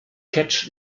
catch